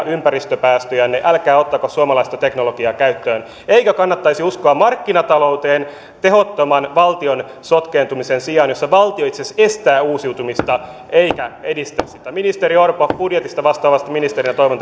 ympäristöpäästöjänne älkää ottako suomalaista teknologiaa käyttöön eikö kannattaisi uskoa markkinatalouteen tehottoman valtion sotkeentumisen sijaan jossa valtio itse asiassa estää uusiutumista eikä edistä sitä ministeri orpo budjetista vastaavana ministerinä toivon